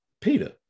Peter